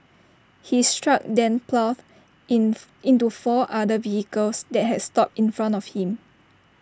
his truck then ploughed in into four other vehicles that had stopped in front of him